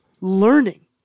learning